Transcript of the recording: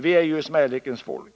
Vi är ju smälekens folk.